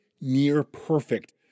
near-perfect